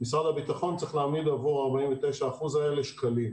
משרד הביטחון צריך להעמיד עבור 49% האלה שקלים.